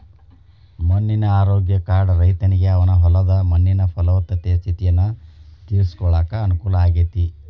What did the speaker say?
ಮಣ್ಣಿನ ಆರೋಗ್ಯ ಕಾರ್ಡ್ ರೈತನಿಗೆ ಅವನ ಹೊಲದ ಮಣ್ಣಿನ ಪಲವತ್ತತೆ ಸ್ಥಿತಿಯನ್ನ ತಿಳ್ಕೋಳಾಕ ಅನುಕೂಲ ಆಗೇತಿ